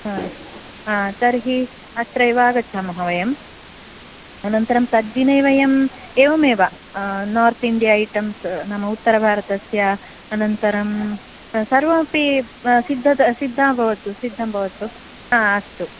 हा हा तर्हि अत्रैव आगच्छामः वयम् अनन्तरं तद्दिने वयम् एवमेव नार्त् इण्डियन् ऐटम्स् नाम उत्तरभारतस्य अनन्तरं सर्वमपि सिद्दता सिद्दा भवतु सिद्धं भवतु हा अस्तु